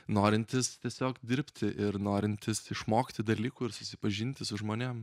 norintis tiesiog dirbti ir norintis išmokti dalykų ir susipažinti su žmonėm